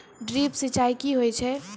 Drip सिंचाई कि होय छै?